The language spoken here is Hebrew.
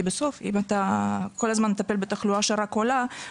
כי בסוף אם אתה כל הזמן מטפל בתחלואה שרק עולה,